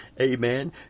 Amen